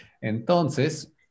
entonces